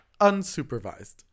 unsupervised